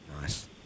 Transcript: Nice